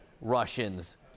Russians